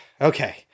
Okay